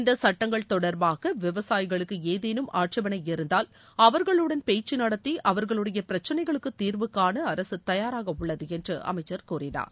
இந்தச் சுட்டங்கள் தொடர்பாக விவசாயிகளுக்கு ஏதேனும் ஆட்சேபனை இருந்தால் அவர்களுடன் பேச்சு நடத்தி அவர்களுடைய பிரச்சினைகளுக்கு தீர்வு காண அரசு தயாராக உள்ளது என்று அமைச்சர் கூறினார்